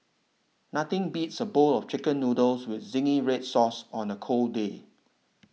nothing beats a bowl of Chicken Noodles with Zingy Red Sauce on a cold day